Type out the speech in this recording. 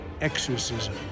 exorcism